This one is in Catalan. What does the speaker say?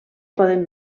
poden